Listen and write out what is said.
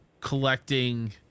collecting